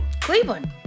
Cleveland